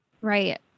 Right